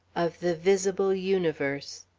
of the visible universe.